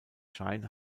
schein